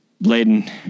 Bladen